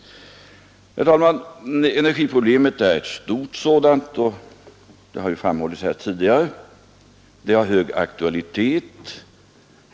Herr talman! Energiproblemet är en stor fråga, som det har framhållits tidigare under debatten. Det har hög aktualitet.